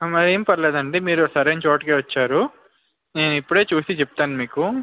మరేం పర్లేదు అండి మీరు సరైన చోటుకే వచ్చారు నేను ఇప్పుడే చూసి చెప్తాను మీకు